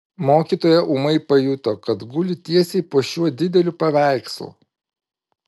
mokytoja ūmai pajuto kad guli tiesiai po šiuo dideliu paveikslu